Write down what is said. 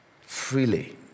freely